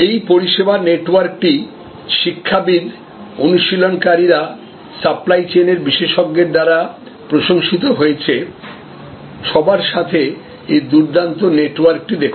এই পরিষেবা নেটওয়ার্কটি শিক্ষাবিদ অনুশীলনকারীরা সাপ্লাই চেইনের বিশেষজ্ঞরা দ্বারা প্রশংসিত হয়েছে সবার সাথে এই দুর্দান্ত নেটওয়ার্কটি দেখুন